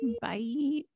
Bye